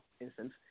instance